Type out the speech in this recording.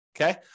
okay